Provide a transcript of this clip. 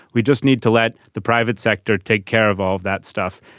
we just need to let the private sector take care of all of that stuff.